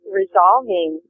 resolving